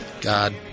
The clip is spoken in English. God